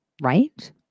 right